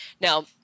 Now